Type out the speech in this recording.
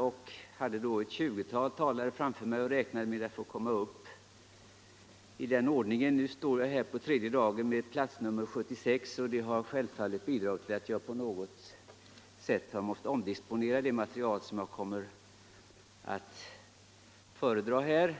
Jag hade då ett tjugotal talare framför mig och räknade därför med att få komma upp i den ordningen. Nu står jag här på tredje dagen som nr 76 bland talarna, och det har självfallet bidragit till att jag på något sätt har måst omdisponera det material som jag kommer att föredra.